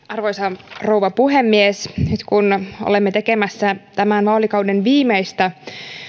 arvoisa rouva puhemies nyt kun olemme tekemässä tämän vaalikauden viimeistä